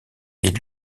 est